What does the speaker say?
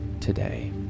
today